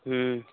हूँ